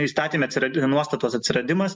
įstatyme atsiradi nuostatos atsiradimas